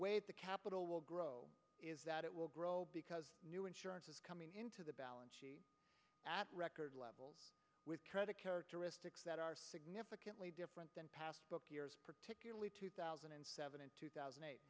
way the capital will grow is that it will grow because new insurance is coming into the balance sheet at record level with try to characteristics that are significantly different than passbook years particularly two thousand and seven and two thousand and eight